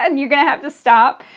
and you're going to have to stop,